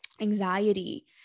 anxiety